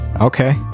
Okay